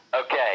Okay